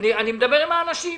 אני מדבר עם האנשים.